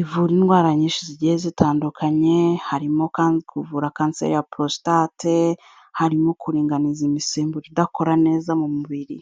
Ivura indwara nyinshi zigiye zitandukanye, harimo kandi kuvura kanseri ya prostate, harimo kuringaniza imisemburo idakora neza mu mubiri.